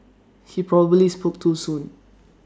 he probably spoke too soon